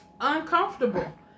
Uncomfortable